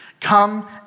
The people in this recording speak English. Come